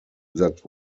that